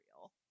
real